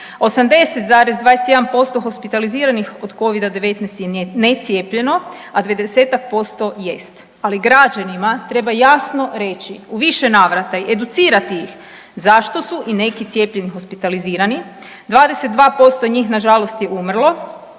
80,21% hospitaliziranih od Covida-19 je necijepljeno, a 20-tak posto jest. Ali građanima treba jasno reći u više navrata i educirati ih zašto su i neki cijepljeni hospitalizirani. 22% njih nažalost je umrlo